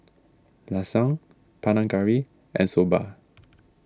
Lasagne Panang Curry and Soba